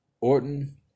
Orton